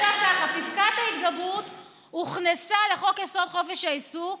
פסקת ההתגברות הוכנסה לחוק-יסוד: חופש העיסוק